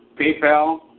PayPal